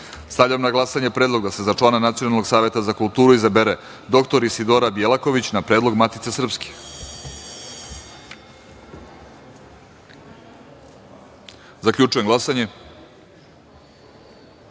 kulturu. Stavljam na glasanje predlog da se za člana Nacionalnog saveta za kulturu izabere dr Isidora Bjelaković, na predlog Matice srpske. Zaključujem glasanje: